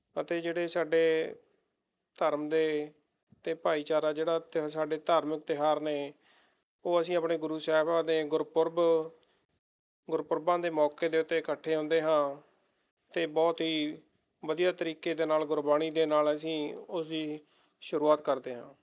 ਅਤੇ ਜਿਹੜੇ ਸਾਡੇ ਧਰਮ ਦੇ ਅਤੇ ਭਾਈਚਾਰਾ ਜਿਹੜਾ ਇੱਥੇ ਸਾਡੇ ਧਾਰਮਿਕ ਤਿਉਹਾਰ ਨੇ ਉਹ ਅਸੀਂ ਆਪਣੇ ਗੁਰੂ ਸਾਹਿਬਾਨ ਦੇ ਗੁਰਪੁਰਬ ਗੁਰਪੁਰਬਾਂ ਦੇ ਮੌਕੇ ਦੇ ਉੱਤੇ ਇੱਕਠੇ ਹੁੰਦੇ ਹਾਂ ਅਤੇ ਬਹੁਤ ਹੀ ਵਧੀਆ ਤਰੀਕੇ ਦੇ ਨਾਲ ਗੁਰਬਾਣੀ ਦੇ ਨਾਲ ਅਸੀਂ ਉਸਦੀ ਸ਼ੁਰੂਆਤ ਕਰਦੇ ਹਾਂ